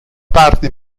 parte